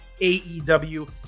aew